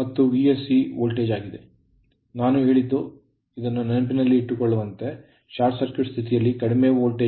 ಮತ್ತು Vsc voltage ಆಗಿದೆ ನಾನು ಹೇಳಿದ್ದು ಅದನ್ನು ನೆನಪಿಸಿಕೊಳ್ಳುವಂತೆ ಶಾರ್ಟ್ ಸರ್ಕ್ಯೂಟ್ ಸ್ಥಿತಿಯಲ್ಲಿ ಕಡಿಮೆ ವೋಲ್ಟೇಜ್ ಭಾಗವು 5 ರಿಂದ 8 ಪ್ರತಿಶತವಾಗಿದೆ